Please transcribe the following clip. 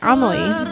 Amelie